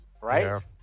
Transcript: Right